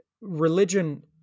religion